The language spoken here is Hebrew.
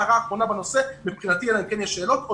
הערה אחרונה בנושא מבחינתי אלא אם כן יש שאלות.